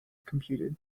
computed